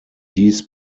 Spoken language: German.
dies